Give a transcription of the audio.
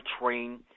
train